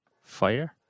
Fire